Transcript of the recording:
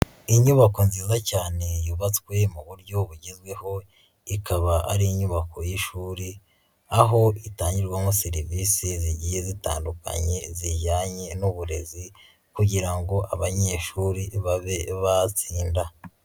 Inyubako nziza cyane yubatswe mu buryo bugezweho, ikaba ari inyubako y'ishuri, aho itangirwamo serivisi zigiye zitandukanye, zijyanye n'uburezi, kugira ngo abanyeshuri babe batsinda.